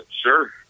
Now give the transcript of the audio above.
sure